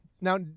now